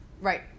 Right